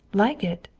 like it?